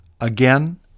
again